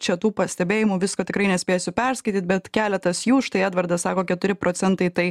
čia tų pastebėjimų visko tikrai nespėsiu perskaityt bet keletas jų štai edvardas sako keturi procentai tai